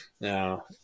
no